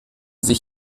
sich